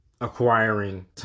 acquiring